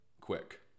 quick